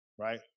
right